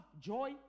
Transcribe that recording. joy